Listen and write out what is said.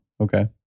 okay